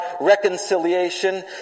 reconciliation